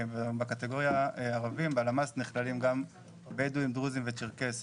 בקטגוריה ערבים בלמ"ס נכללים גם בדואים דרוזים וצ'רקסים,